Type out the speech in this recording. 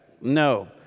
No